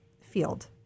field